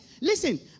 Listen